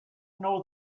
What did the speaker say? know